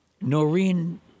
Noreen